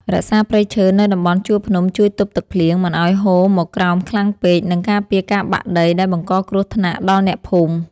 រក្សាព្រៃឈើនៅតំបន់ជួរភ្នំជួយទប់ទឹកភ្លៀងមិនឱ្យហូរមកក្រោមខ្លាំងពេក និង ការពារការបាក់ដីដែលបង្កគ្រោះថ្នាក់ដល់អ្នកភូមិ។